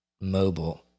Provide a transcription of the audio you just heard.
mobile